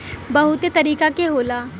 बहुते तरीके के होला